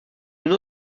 une